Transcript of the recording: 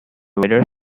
whether